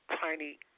tiny